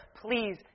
please